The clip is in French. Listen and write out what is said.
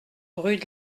rue